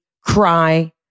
cry